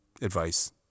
advice